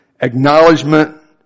acknowledgement